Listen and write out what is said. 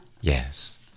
Yes